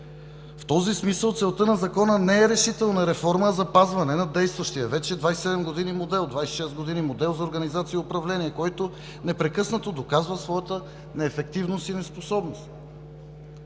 В този смисъл целта на Закона не е решителна реформа, а запазване на действащия вече 26 години модел за организация и управление, който непрекъснато доказва своята неефективност и неспособност.